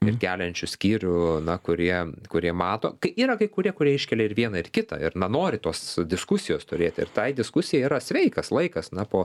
ir keliančių skyrių na kurie kurie mato kai yra kai kurie kurie iškelia ir vieną ir kitą ir na nori tos diskusijos turėti ir tai diskusijai yra sveikas laikas na po